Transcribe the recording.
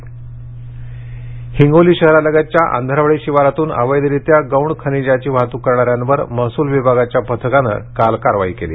कारवाई हिंगोली शहरालगतच्या आंधरवाडी शिवारातून अवैधरित्या गौण खनिजाची वाहतूक करणाऱ्यांवर महसूल विभागाच्या पथकानं काल कारवाई केली